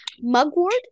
Mugwort